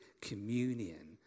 communion